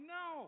no